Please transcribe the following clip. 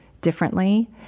differently